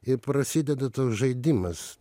ir prasideda toks žaidimas